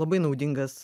labai naudingas